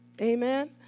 amen